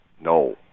No